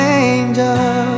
angel